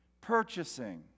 purchasing